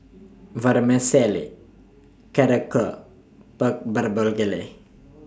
Vermicelli Korokke Pork